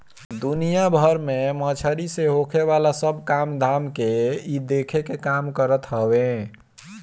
दुनिया भर में मछरी से होखेवाला सब काम धाम के इ देखे के काम करत हवे